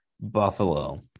Buffalo